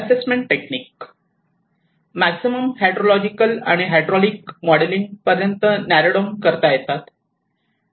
assessment technique maximum hydrological आणि hydraulic modelling पर्यंत narrow down करता येतात